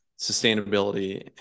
sustainability